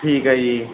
ਠੀਕ ਹੈ ਜੀ